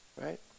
Right